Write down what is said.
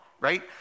right